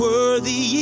Worthy